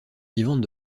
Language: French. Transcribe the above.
vivantes